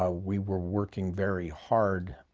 ah we were working very hard